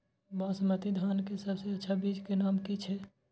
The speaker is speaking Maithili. बासमती धान के सबसे अच्छा बीज के नाम की छे?